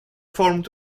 formed